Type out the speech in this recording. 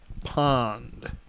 Pond